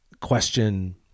question